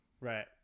right